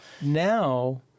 Now